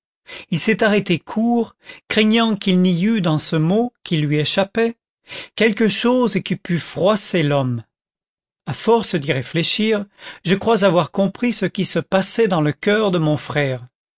il s'est arrêté court craignant qu'il n'y eût dans ce mot qui lui échappait quelque chose qui pût froisser l'homme à force d'y réfléchir je crois avoir compris ce qui se passait dans le coeur de mon frère